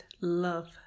love